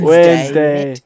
Wednesday